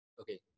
Okay